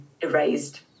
erased